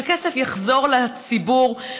שהכסף יחזור לציבור,